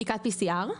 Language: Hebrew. בדיקת PCR,